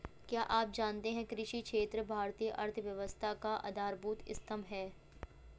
क्या आप जानते है कृषि क्षेत्र भारतीय अर्थव्यवस्था का आधारभूत स्तंभ है?